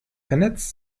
vernetzt